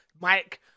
Mike